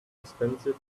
expensive